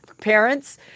parents